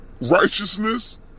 righteousness